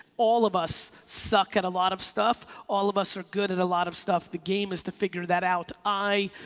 all of us suck at a lot of stuff. all of us are good at a lot of stuff. the game is to figure that out. i,